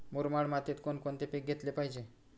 मुरमाड मातीत कोणकोणते पीक घेतले पाहिजे?